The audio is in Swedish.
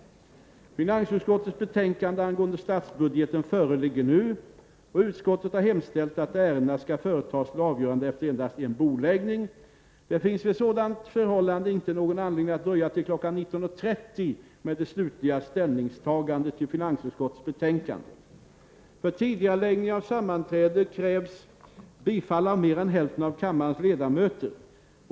Finansutskottets betänkanden angående statsbudgeten föreligger nu, och utskottet har hemställt att ärendena skall företas till avgörande efter endast en bordläggning. Det finns vid sådant förhållande inte någon anledning att dröja till kl. 19.30 med det slutliga ställningstagandet till finansutskottets betänkanden.